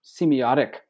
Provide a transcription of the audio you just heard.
semiotic